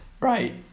right